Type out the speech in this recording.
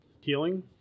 Healing